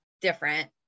different